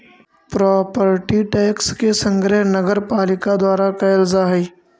property tax के संग्रह नगरपालिका द्वारा कैल जा हई